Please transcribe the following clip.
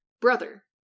Brother